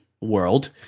world